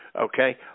Okay